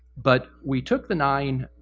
but we took the nine